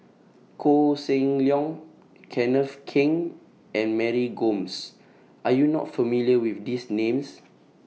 Koh Seng Leong Kenneth Keng and Mary Gomes Are YOU not familiar with These Names